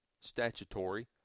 statutory